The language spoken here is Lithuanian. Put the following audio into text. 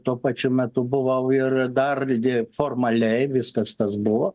tuo pačiu metu buvau ir dar gi formaliai viskas tas buvo